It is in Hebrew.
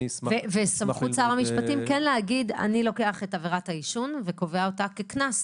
בסמכות שר המשפטים להגיד שהוא לוקח את עבירת העישון וקובע אותה כקנס.